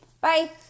Bye